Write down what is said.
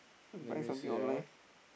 let me see ah